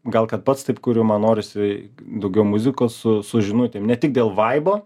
gal kad pats taip kuriu man norisi daugiau muzikos su su žinutėm ne tik dėl vaibo